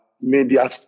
media